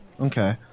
okay